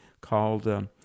called